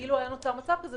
אז אילו היה נוצר מצב כזה,